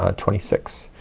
ah twenty six.